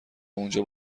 اونجا